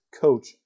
coach